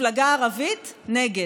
מפלגה ערבית, נגד.